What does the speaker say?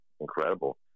incredible